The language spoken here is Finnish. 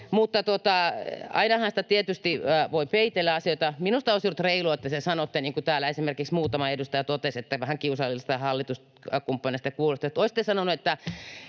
Ainahan sitä tietysti voi peitellä asioita. Minusta olisi ollut reilua, että te sen sanotte, kun täällä esimerkiksi muutama edustaja totesi, että vähän kiusalliselta hallituskumppaneista kuulosti.